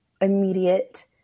immediate